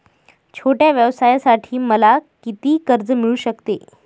छोट्या व्यवसायासाठी मला किती कर्ज मिळू शकते?